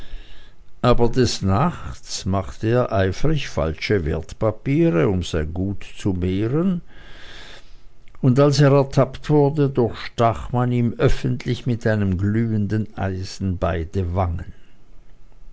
aber des nachts machte er eifrig falsche wertpapiere um sein gut zu mehren und als er ertappt wurde durchstach man ihm öffentlich mit einem glühenden eisen beide wangen